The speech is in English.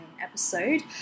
episode